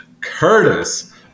Curtis